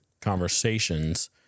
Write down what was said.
conversations